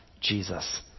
Jesus